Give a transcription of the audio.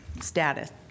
status